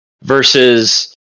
versus